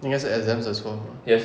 因该是 exams 的错 lor